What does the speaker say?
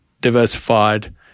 diversified